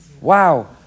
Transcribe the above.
wow